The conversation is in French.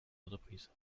entreprises